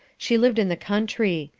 she lived in the country.